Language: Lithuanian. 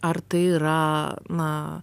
ar tai yra na